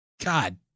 God